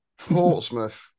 Portsmouth